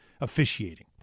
officiating